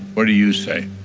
what do you say?